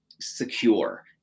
secure